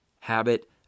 Habit